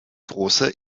große